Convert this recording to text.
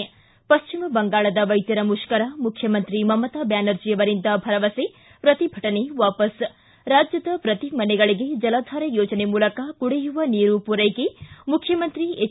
ಿ ಪಶ್ಚಿಮಬಂಗಾಳದ ವೈದ್ಯರ ಮುಷ್ಕರ ಮುಖ್ಯಮಂತ್ರಿ ಮಮತಾ ಬ್ಯಾನರ್ಜಿ ಅವರಿಂದ ಭರವಸೆ ಪ್ರತಿಭಟನೆ ವಾಪಸ್ ್ಟಿ ರಾಜ್ವದ ಪ್ರತೀ ಮನೆಗಳಿಗೆ ಜಲಧಾರೆ ಯೋಜನೆ ಮೂಲಕ ಕುಡಿಯುವ ನೀರು ಪೂರೈಕೆ ಮುಖ್ಯಮಂತ್ರಿ ಹೆಚ್